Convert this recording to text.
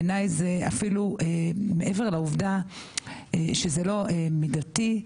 בעיניי זה אפילו מעבר לעובדה שזה לא מידתי,